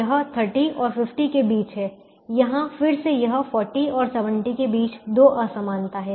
यह 30 और 50 के बीच है यहाँ फिर से यह 40 और 70 के बीच दो असमानता है